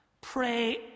pray